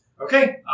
Okay